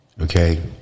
Okay